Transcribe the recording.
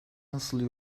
nasıl